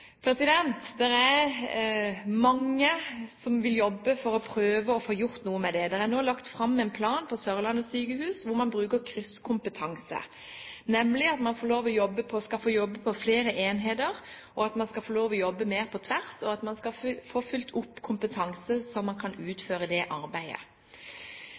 er mange som vil jobbe for å prøve å få gjort noe med det. Det er nå lagt fram en plan for Sørlandet sykehus om bruk av krysskompetanse, nemlig at man skal få lov til å jobbe på flere enheter, at man skal få lov til å jobbe mer på tvers, og at man skal få påfyll av kompetanse slik at man kan utføre arbeidet.